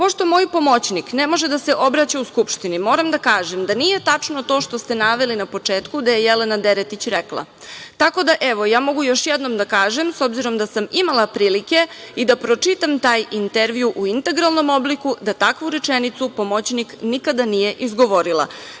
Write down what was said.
pošto moj pomoćnik ne može da se obraća u Skupštini, moram da kažem da nije tačno to što ste naveli na početku da je Jelena Deretić rekla, tako da, ja mogu još jednom da kažem, s obzirom da sam imala prilike i da pročitam taj intervju u integralnom obliku, da takvu rečenicu pomoćnik nikada nije izgovorila. Tako